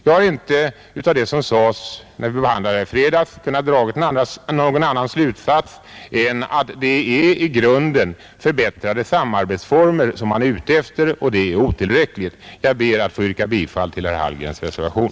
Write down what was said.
Jag har inte av det som sades när vi behandlade den här frågan i fredags kunnat dra någon annan slutsats än att det i grunden är förbättrade samarbetsformer som man är ute efter, och det är otillräckligt. Jag ber att få yrka bifall till herr Hallgrens reservation.